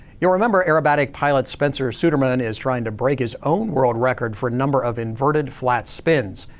you'll remember aerobatic pilot spencer suderman is trying to break his own world record for a number of inverted flat spins.